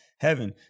heaven